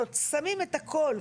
שמים את הכל,